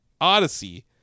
odyssey